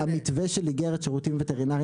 המתווה של איגרת שירותים וטרינריים